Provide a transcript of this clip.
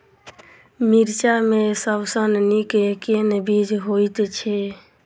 मिर्चा मे सबसँ नीक केँ बीज होइत छै?